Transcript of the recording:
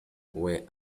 were